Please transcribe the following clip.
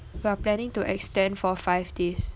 we're planning to extend for five days